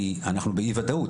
כי אנחנו באי וודאות,